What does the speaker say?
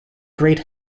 great